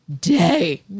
day